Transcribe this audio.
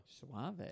Suave